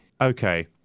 Okay